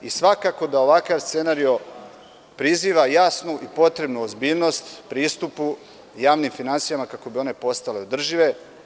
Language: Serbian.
Svakako da ovakav scenario priziva jasnu i potrebnu ozbiljnost pristupu javnim finansijama kako bi one postale održive.